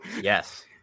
Yes